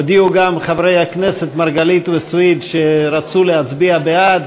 הודיעו גם חברי הכנסת מרגלית וסויד שרצו להצביע בעד.